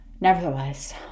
nevertheless